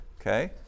Okay